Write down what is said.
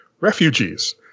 refugees